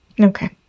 Okay